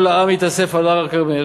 כל העם התאסף על הר-הכרמל,